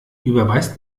überweist